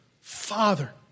Father